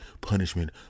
punishment